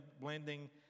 blending